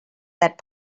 that